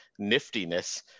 niftiness